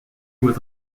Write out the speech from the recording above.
was